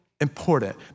Important